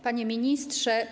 Panie Ministrze!